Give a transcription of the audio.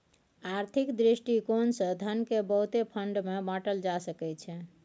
आर्थिक दृष्टिकोण से धन केँ बहुते फंड मे बाटल जा सकइ छै